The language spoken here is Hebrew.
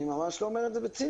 אני ממש לא אומר את זה בציניות.